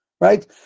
right